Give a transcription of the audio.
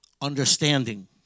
Understanding